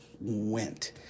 went